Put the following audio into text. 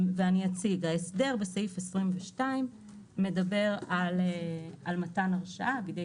ההסדר בסעיף 22 מדבר על מתן הרשאה בידי